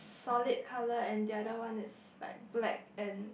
solid color and the other one is like black and